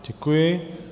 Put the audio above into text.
Děkuji.